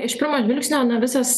iš pirmo žvilgsnio ne visas